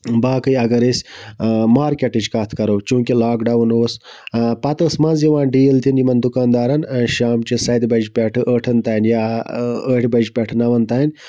باقٕے اَگر أسۍ مارکٮ۪ٹٕچ کَتھ کرو چوٗنکہِ لاکڈَوُن اوس پَتہٕ ٲسۍ منٛزٕ یِوان ڈیٖل دِنہٕ یِمن دُکاندارَن شامچہِ سَتہِ بَجہِ پٮ۪ٹھٕ ٲٹھن تانۍ یا ٲٹھِ بَجہِ پٮ۪ٹھٕ نَوَن تانۍ